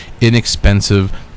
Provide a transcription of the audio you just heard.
inexpensive